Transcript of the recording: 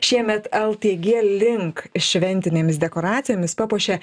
šiemet el tė gie link šventinėmis dekoracijomis papuošė